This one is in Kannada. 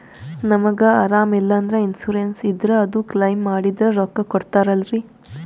ನಮಗ ಅರಾಮ ಇಲ್ಲಂದ್ರ ಇನ್ಸೂರೆನ್ಸ್ ಇದ್ರ ಅದು ಕ್ಲೈಮ ಮಾಡಿದ್ರ ರೊಕ್ಕ ಕೊಡ್ತಾರಲ್ರಿ?